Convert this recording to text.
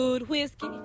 whiskey